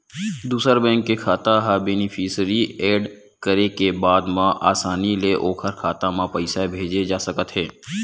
दूसर बेंक के खाता ह बेनिफिसियरी एड करे के बाद म असानी ले ओखर खाता म पइसा भेजे जा सकत हे